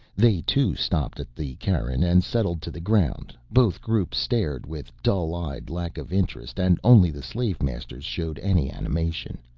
they, too, stopped at the cairn and settled to the ground both groups stared with dull-eyed lack of interest and only the slave-masters showed any animation.